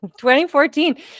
2014